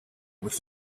with